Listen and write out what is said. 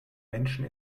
menschen